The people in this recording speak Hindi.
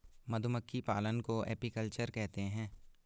मधुमक्खी पालन को एपीकल्चर कहते है